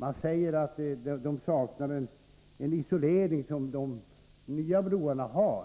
Man säger att de här broarna saknar en isolering som de nya broarna har